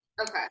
Okay